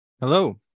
Hello